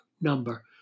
number